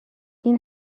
این